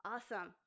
Awesome